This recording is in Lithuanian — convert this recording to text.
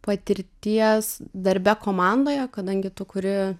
patirties darbe komandoje kadangi tu kuri